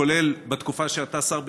כולל בתקופה שאתה שר הביטחון,